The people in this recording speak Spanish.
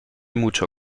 mucho